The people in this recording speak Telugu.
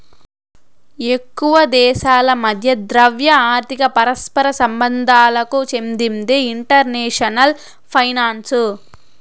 ఎక్కువ దేశాల మధ్య ద్రవ్య, ఆర్థిక పరస్పర సంబంధాలకు చెందిందే ఇంటర్నేషనల్ ఫైనాన్సు